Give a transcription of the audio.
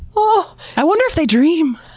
but i wonder if they dream!